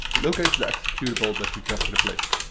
locate the executable that you just replaced.